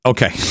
Okay